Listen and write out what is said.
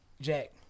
Jack